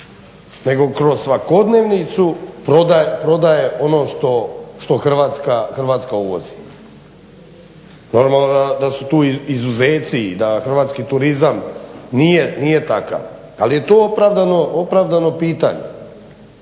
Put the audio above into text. nego kroz svakodnevnicu prodaje ono što Hrvatska uvozi? Normalno da su tu izuzeci i da hrvatski turizam nije takav, ali je to opravdano pitanje.